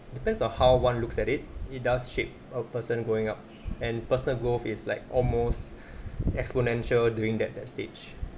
depends on how one looks at it it does shape a person growing up and personal growth is like almost exponential during that that stage